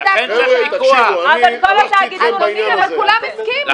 בדקנו --- אבל כל התאגידים מוכנים --- אבל כולם הסכימו.